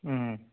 ꯎꯝ